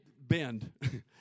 bend